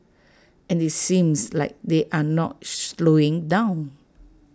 and IT seems like they're not slowing down